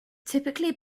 typically